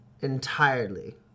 entirely